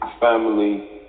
family